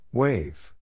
Wave